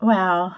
Wow